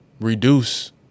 Reduce